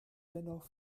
dennoch